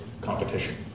competition